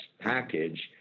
package